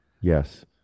yes